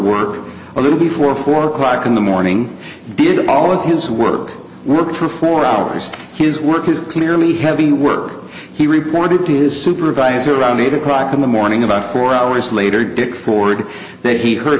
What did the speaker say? work a little before four o'clock in the morning did all of his work work for four hours his work is clearly heavy work he reported to his supervisor around eight o'clock in the morning about four hours later dick ford that he h